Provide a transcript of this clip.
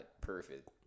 perfect